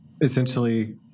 essentially